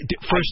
First